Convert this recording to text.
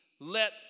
let